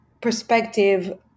perspective